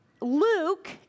Luke